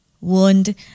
wound